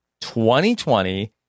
2020